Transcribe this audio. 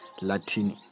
Latin